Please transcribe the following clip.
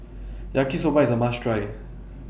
Yaki Soba IS A must Try